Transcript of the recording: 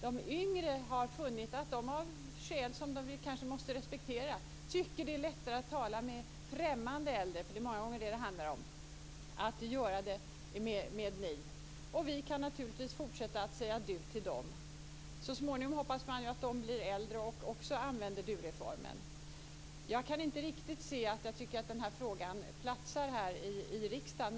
De yngre har funnit att de av skäl som man kanske måste respektera tycker att det är lättare att tala med främmande äldre - för det är många gånger vad det handlar om - genom att använda ni. Vi kan naturligtvis fortsätta att säga du till dem. Så småningom hoppas man att de blir äldre och också använder dureformen. Jag kan inte riktigt se att den här frågan platsar i riksdagen.